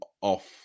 off